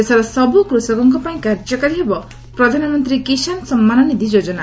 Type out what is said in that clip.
ଦେଶର ସବୁ କୃଷକଙ୍କ ପାଇଁ କାର୍ଯ୍ୟକାରୀ ହେବ ପ୍ରଧାନମନ୍ତୀ କିଷାନ ସମ୍ମାନ ନୀଧ ଯୋଜନା